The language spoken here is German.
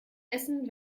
essen